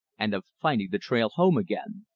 and of finding the trail home again.